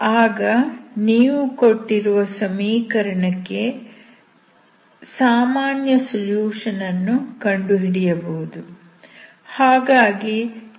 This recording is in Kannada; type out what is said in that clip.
ಆಗ ನೀವು ಕೊಟ್ಟಿರುವ ಸಮೀಕರಣಕ್ಕೆ ಸಾಮಾನ್ಯ ಸೊಲ್ಯೂಷನ್ ಅನ್ನು ಕಂಡುಹಿಡಿಯಬಹುದು